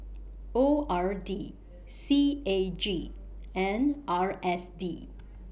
O R D C A G and R S D